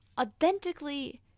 authentically